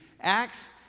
Acts